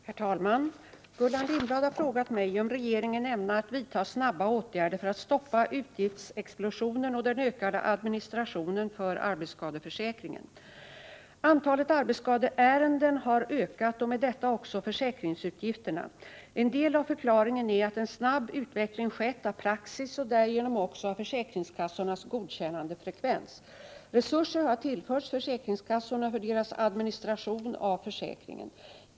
Herr talman! Gullan Lindblad har frågat mig om regeringen ämnar vidta snabba åtgärder för att stoppa utgiftsexplosionen och den ökande administrationen för arbetsskadeförsäkringen. Antalet arbetsskadeärenden har ökat och med detta också försäkringsutgifterna. En del av förklaringen är att en snabb utveckling skett av praxis och därigenom också av försäkringskassornas godkännandefrekvens. Resurser har tillförts försäkringskassorna för deras administration av försäkringen.